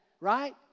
right